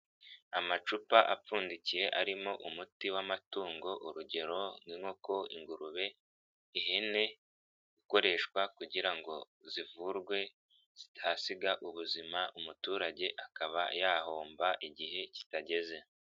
Amacupa apfundikiye arimo umuti w'amatungo urugero: nk'inkoko, ingurube, ihene, ukoreshwa kugira ngo zivurwe zitahasiga ubuzima umuturage akaba yahomba igihe kitageze.